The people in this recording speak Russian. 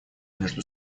между